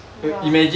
!wah!